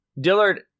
dillard